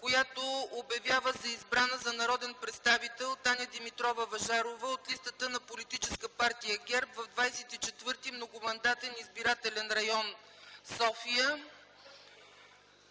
която обявява за избрана за народен представител Таня Димитрова Въжарова от политическа партия ГЕРБ в 24. Многомандатен избирателен район – София.